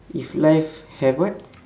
if life have what